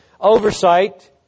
oversight